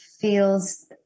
feels